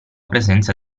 presenza